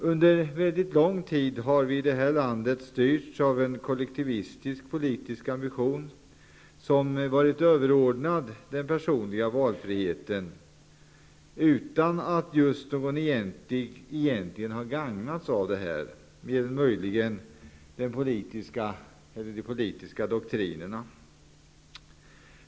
Under lång tid har vi i detta land styrts av en kollektivistisk politisk ambition, som varit överordnad den personliga valfriheten utan att någon egentligen gagnats av detta, mer än möjligen de politiska doktrinerna.